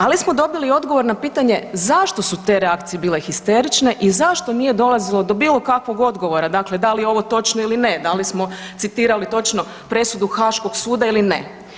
Ali smo dobili i odgovor na pitanje zašto su te reakcije bile histerične i zašto nije dolazilo do bilokakvog, dakle da li je ovo točno ili ne, da li smo citirali točno presudu Haškog suda ili ne.